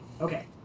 Okay